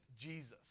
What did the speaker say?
Jesus